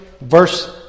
verse